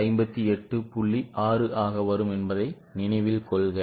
6 ஆக வரும் என்பதை நினைவில் கொள்க